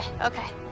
okay